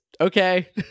okay